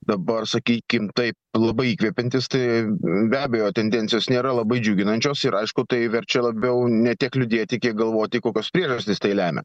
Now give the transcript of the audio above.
dabar sakykim taip labai įkvepiantys tai be abejo tendencijos nėra labai džiuginančios ir aišku tai verčia labiau ne tiek liūdėti kiek galvoti kokios priežastys tai lemia